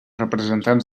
representants